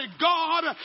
God